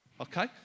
Okay